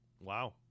Wow